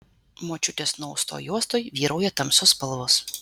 močiutės nuaustoj juostoj vyrauja tamsios spalvos